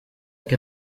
què